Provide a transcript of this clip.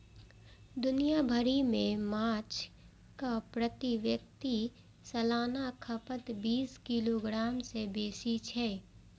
दुनिया भरि मे माछक प्रति व्यक्ति सालाना खपत बीस किलोग्राम सं बेसी छै